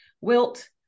wilt